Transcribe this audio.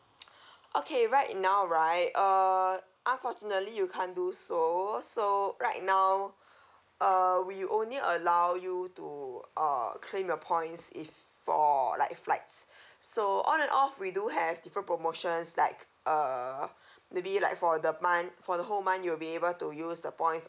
okay right now right uh unfortunately you can't do so so right now uh we only allow you to uh claim your points if for like flights so on and off we do have different promotions like uh maybe like for the month for the whole month you'll be able to use the points